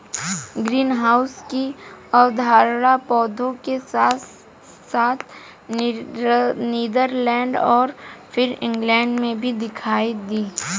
greenhouse की अवधारणा पौधों के साथ साथ नीदरलैंड और फिर इंग्लैंड में भी दिखाई दी